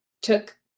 took